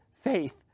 faith